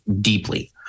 deeply